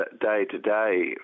day-to-day